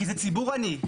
כי זה ציבור עני,